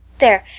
there,